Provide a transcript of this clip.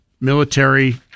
military